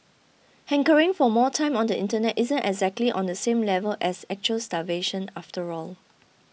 hankering for more time on the Internet isn't exactly on the same level as actual starvation after all